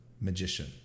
magician